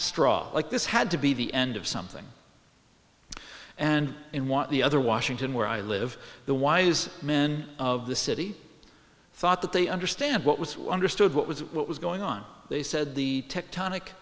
straw like this had to be the end of something and in want the other washington where i live the wise men of the city thought that they understand what was who understood what was what was going on they said the tectonic